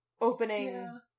opening